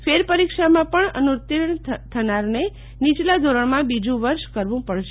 ફેર પરીક્ષામાં પણ અનુતિર્ણ થનારને નીચલા ધોરણમાં બીજુ વર્ષ કરવું પડશે